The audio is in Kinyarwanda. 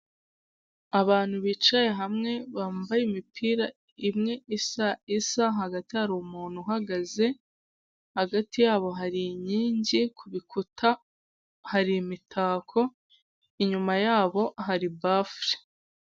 Abantu bicaye hamwe bambaye imipira imwe isa, hagati hari umuntu uhagaze, hagati yabo hari inkingi, kubikuta hari imitako, inyuma yabo hari bafule.